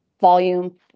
volume